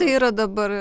tai yra dabar